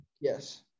Yes